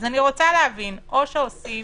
אני רוצה להבין אם עושים